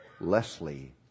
Leslie